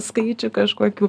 skaičių kažkokių